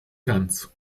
ganz